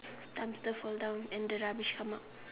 dumpster fall down and the rubbish come out